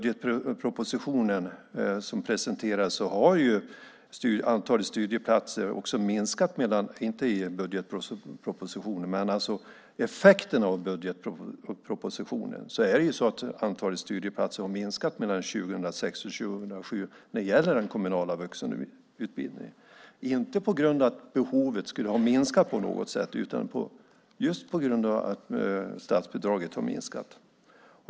Effekten av budgetpropositionen är att antalet studieplatser har minskat mellan 2006 och 2007 när det gäller den kommunala vuxenutbildningen, inte på grund av att behovet har minskat utan på grund av att statsbidraget har minskat.